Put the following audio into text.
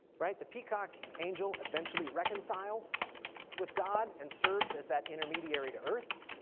right, the peacock angel eventually reconciles with god and serves as that intermediary to earth.